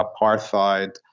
apartheid